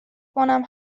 کنم